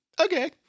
Okay